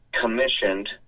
commissioned